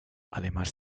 además